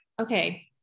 okay